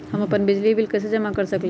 हम अपन बिजली बिल कैसे जमा कर सकेली?